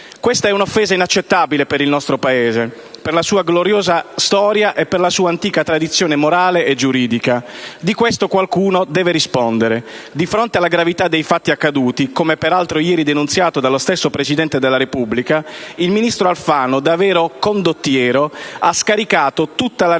Questa è un'offesa inaccettabile per il nostro Paese, per la sua gloriosa storia e per la sua antica tradizione morale e giuridica. Di questo qualcuno deve rispondere. Di fronte alla gravità dei fatti accaduti, come peraltro ieri denunziato dallo stesso Presidente della Repubblica, il ministro Alfano, da vero «condottiero», ha scaricato tutta la responsabilità